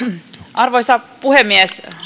arvoisa puhemies